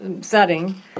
setting